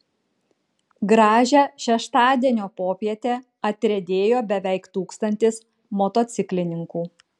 gražią šeštadienio popietę atriedėjo beveik tūkstantis motociklininkų